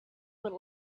would